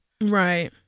right